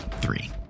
Three